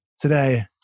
today